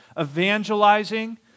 evangelizing